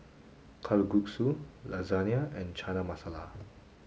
Kalguksu Lasagna and Chana Masala